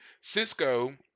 cisco